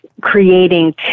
creating